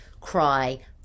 cry